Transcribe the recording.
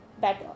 better